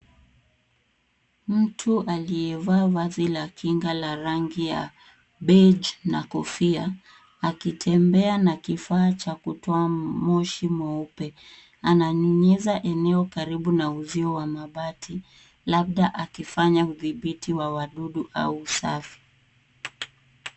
Mtu aliyevaa vazi la kinga la rangi ya beji na kofia, akitembea na kifaa cha kutoa moshi mweupe. Ananyunyiza eneo karibu na uzio wa mabati, labda akifanya udhibiti wa wadudu au usafi.